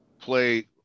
play